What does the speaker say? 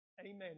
Amen